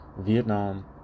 Vietnam